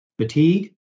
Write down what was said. fatigue